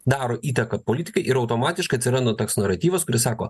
daro įtaką politikai ir automatiškai atsiranda toks naratyvas kuris sako